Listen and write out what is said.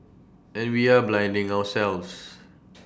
and we are blinding ourselves